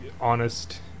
honest